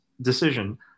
decision